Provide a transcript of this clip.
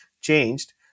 changed